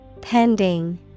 Pending